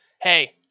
Hey